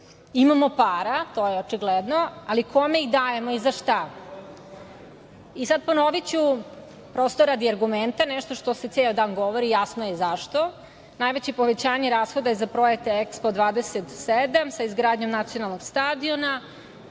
Imamo para. To je očigledno, ali kome ih dajemo i za šta? Ponoviću, prosto radi argumenta nešto što se ceo dan govori, jasno i zašto. Najveće povećanje rashoda je za projekte EKSPO 27, sa izgradnjom nacionalnog stadiona